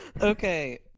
Okay